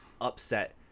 upset